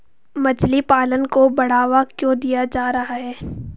मछली पालन को बढ़ावा क्यों दिया जा रहा है?